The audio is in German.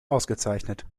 ausgezeichnet